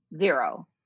Zero